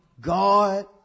God